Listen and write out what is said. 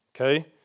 Okay